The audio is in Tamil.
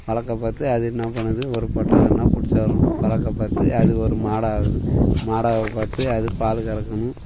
வளர்க்கப் பார்த்து அது என்ன பண்ணுது ஒரு பொட்டக்கன்னா பிடிச்சர்றோம் வளர்க்க பார்த்து அது ஒரு மாடாகுது மாடாக பார்த்து அது பால் கறக்கணும்